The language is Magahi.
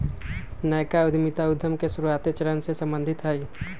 नयका उद्यमिता उद्यम के शुरुआते चरण से सम्बंधित हइ